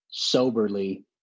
soberly